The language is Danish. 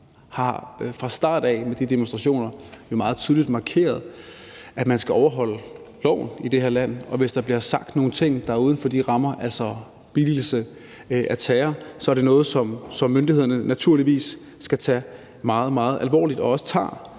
har fra starten af de demonstrationer meget tydeligt markeret, at man skal overholde loven i det her land, og hvis der bliver sagt nogle ting, der er uden for de rammer, altså billigelse af terror, er det noget, som myndighederne naturligvis skal tage meget, meget alvorligt. Og de tager